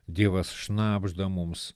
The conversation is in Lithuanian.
dievas šnabžda mums